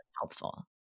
helpful